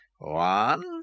One